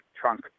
trunk